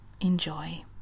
Enjoy